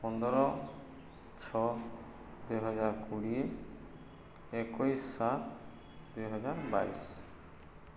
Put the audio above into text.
ପନ୍ଦର ଛଅ ଦୁଇହଜାର କୋଡ଼ିଏ ଏକୋଇଶ ସାତ ଦୁଇହଜାର ବାଇଶ